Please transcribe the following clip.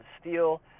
Steel